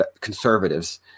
conservatives